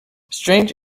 strange